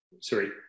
Sorry